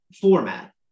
format